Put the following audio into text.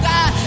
God